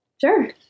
Sure